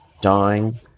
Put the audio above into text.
dying